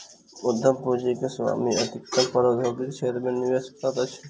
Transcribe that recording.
उद्यम पूंजी के स्वामी अधिकतम प्रौद्योगिकी क्षेत्र मे निवेश करैत अछि